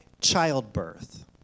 childbirth